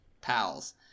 pals